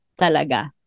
talaga